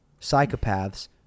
psychopaths